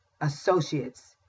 associates